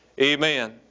amen